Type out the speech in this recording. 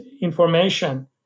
information